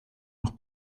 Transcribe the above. noch